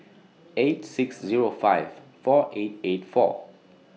eight six Zero five four eight eight four